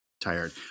Tired